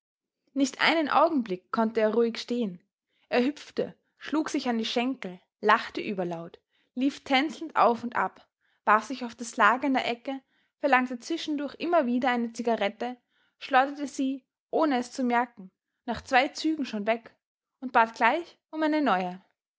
nicht einen augenblick konnte er ruhig stehen er hüpfte schlug sich an die schenkel lachte überlaut lief tänzelnd auf und ab warf sich auf das lager in der ecke verlangte zwischendurch immer wieder eine cigarette schleuderte sie ohne es zu merken nach zwei zügen schon weg und bat gleich um eine neue